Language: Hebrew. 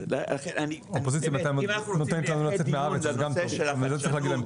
אז אם אנחנו רוצים לקיים דיון על הנושא של החדשנות,